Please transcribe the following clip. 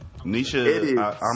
Nisha